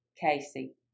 Casey